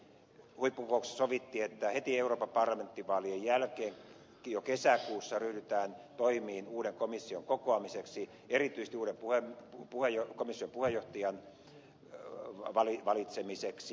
huippukokouksessa sovittiin että heti euroopan parlamentin vaalien jälkeen jo kesäkuussa ryhdytään toimiin uuden komission kokoamiseksi erityisesti uuden komission puheenjohtajan valitsemiseksi